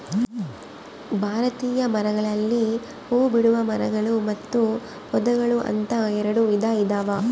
ಭಾರತೀಯ ಮರಗಳಲ್ಲಿ ಹೂಬಿಡುವ ಮರಗಳು ಮತ್ತು ಪೊದೆಗಳು ಅಂತ ಎರೆಡು ವಿಧ ಇದಾವ